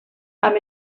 amb